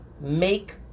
Make